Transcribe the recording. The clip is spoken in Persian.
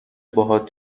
باهات